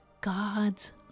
God's